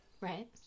Right